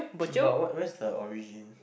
but what where is the origin